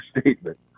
statement